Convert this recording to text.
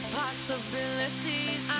possibilities